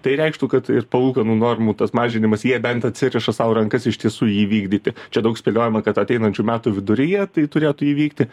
tai reikštų kad ir palūkanų normų tas mažinimas jie bent atsiriša sau rankas iš tiesų jį vykdyti čia daug spėliojama kad ateinančių metų viduryje tai turėtų įvykti